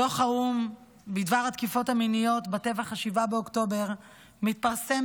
דוח האו"ם בדבר התקיפות המיניות בטבח 7 באוקטובר מתפרסם